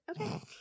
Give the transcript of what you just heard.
Okay